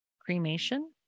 cremation